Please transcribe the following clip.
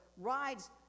rides